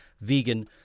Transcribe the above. vegan